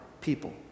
people